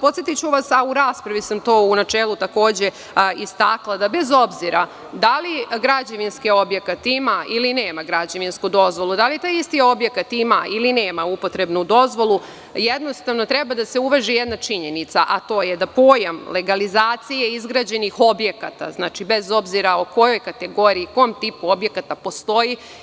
Podsetiću vas, a u raspravi sam to u načelu takođe istakla, da, bez obzira da li građevinski objekat ima ili nema građevinsku dozvolu, da li taj isti objekat ima ili nema upotrebnu dozvolu, jednostavno treba da se uvaži jedna činjenica, a to je da pojam legalizacije izgrađenih objekata, bez obzira o kojoj kategoriji, o kom tipu objekata,